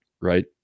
right